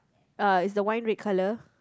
uh is the wine red colour